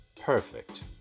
perfect